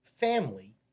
family